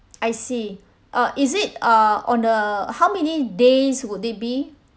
I see uh is it uh on the how many days would they be